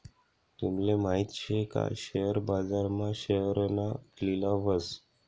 तूमले माहित शे का शेअर बाजार मा शेअरना लिलाव व्हस